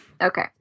Okay